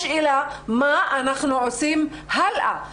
השאלה, מה אנחנו עושים הלאה.